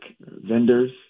vendors